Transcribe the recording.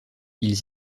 ils